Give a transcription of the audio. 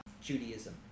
Judaism